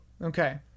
okay